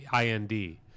IND